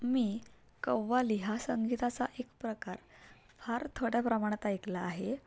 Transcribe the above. मी कव्वाली हा संगीताचा एक प्रकार फार थोड्या प्रमाणात ऐकला आहे